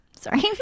Sorry